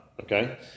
Okay